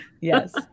Yes